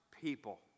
people